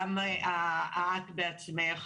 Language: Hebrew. גם את בעצמך,